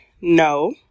no